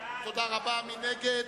מי נגד?